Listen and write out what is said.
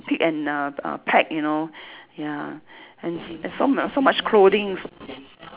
pick and uh uh pack you know ya and s~ so much so much clothings